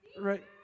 right